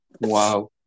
Wow